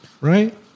right